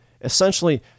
essentially